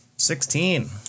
Sixteen